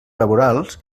laborals